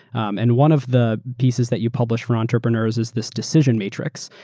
and one of the pieces that you publish for entrepreneurs is this decision matrix.